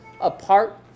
apart